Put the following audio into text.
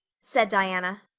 said diana.